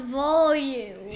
volume